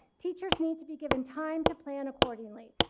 teachers need to be given time to plan accordingly.